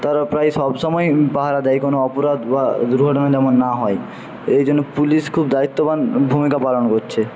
তারা প্রায় সবসময়ই পাহারা দেয় কোনো অপরাধ বা দুর্ঘটনা যেমন না হয় এইজন্য পুলিশ খুব দায়িত্ববান ভূমিকা পালন করছে